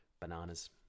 Bananas